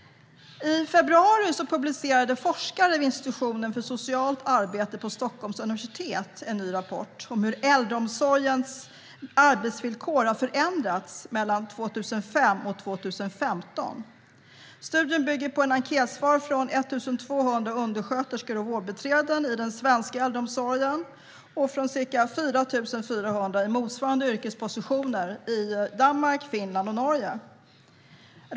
I februari publicerade forskare vid Institutionen för socialt arbete på Stockholms universitet en ny rapport om hur äldreomsorgens arbetsvillkor har förändrats mellan 2005 och 2015. Studien bygger på enkätsvar från ca 1 200 undersköterskor och vårdbiträden i den svenska äldreomsorgen och från ca 4 400 i motsvarande yrkespositioner i Danmark, Finland och Norge.